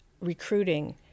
recruiting